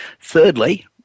Thirdly